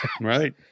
Right